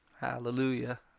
hallelujah